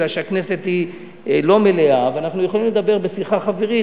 הכנסת לא מלאה ואנחנו יכולים לדבר בשיחה חברית,